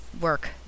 work